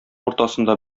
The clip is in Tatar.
уртасында